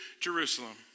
Jerusalem